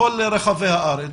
בכל רחבי הארץ,